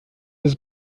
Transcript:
des